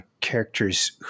characters